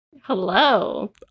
Hello